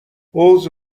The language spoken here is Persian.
حوض